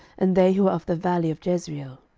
and they who are of the valley of jezreel.